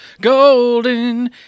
golden